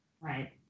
Right